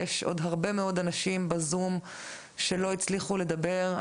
יש הרבה מאוד אנשים בזום שלא הצליחו לדבר.